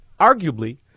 arguably